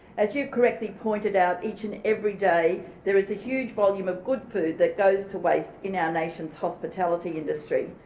as you correctly pointed out, each and every day there is a huge volume of good food that goes to waste in our nation's hospitality industry.